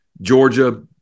Georgia